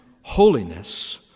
holiness